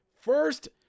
First